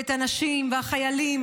את הנשים והחיילים,